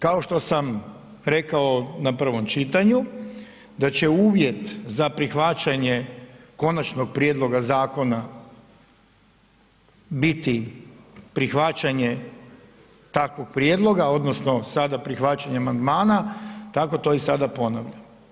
Kao što sam rekao na prvom čitanju da će uvjet za prihvaćanje konačnog prijedloga zakona biti prihvaćanje takvog prijedloga odnosno sada prihvaćanje amandmana, tako to i sada ponavljam.